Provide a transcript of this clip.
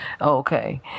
Okay